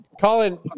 Colin